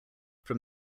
from